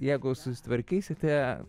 jeigu susitvarkysite